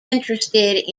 interested